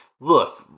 look